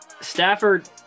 Stafford